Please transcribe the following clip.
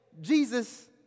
Jesus